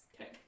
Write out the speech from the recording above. Okay